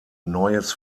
neues